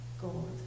gold